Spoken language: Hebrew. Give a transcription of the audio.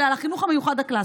אלא על החינוך המיוחד הקלאסי.